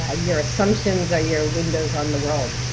ah your assumptions are your windows on the world.